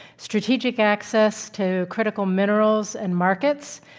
strategic access to critical minerals and markets,